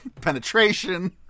Penetration